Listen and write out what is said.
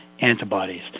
antibodies